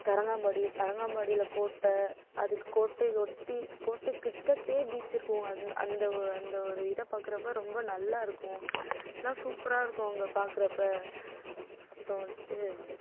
தரங்கம்பாடி தரங்கம்பாடியில் கோட்டை அதுக்கு கோட்டையை ஒட்டி கோட்டைக்கிட்டக்கே பீச் இருக்கும் அந் அந்த ஒ அந்த ஒரு இத பார்க்குறப்ப ரொம்ப நல்லா இருக்கும் எல்லாம் சூப்பராக இருக்கும் அங்கே பார்க்குறப்ப அப்புறம் வந்துட்டு